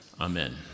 amen